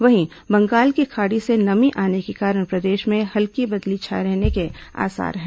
वहीं बंगाल की खाड़ी से नमी आने के कारण प्रदेश में हल्की बदली छाए रहने के आसार हैं